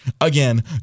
again